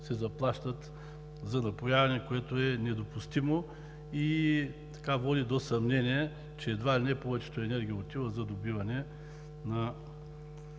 се заплащат за напояване, което е недопустимо и води до съмнения, че едва ли не повечето енергия отива за добиване на